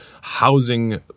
housing